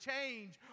change